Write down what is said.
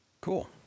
Cool